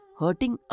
hurting